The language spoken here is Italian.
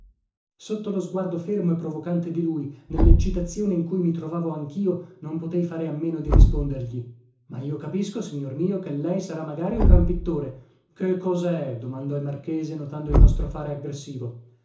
sotto lo sguardo fermo e provocante di lui nelleccitazione in cui mi trovavo anchio non potei fare a meno di rispondergli ma io capisco signor mio che lei sarà magari un gran pittore che cosè domandò il marchese notando il nostro fare aggressivo